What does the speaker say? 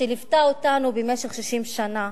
שליוותה אותנו במשך 60 שנה